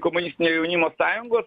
komunistinio jaunimo sąjungos